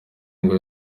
ngo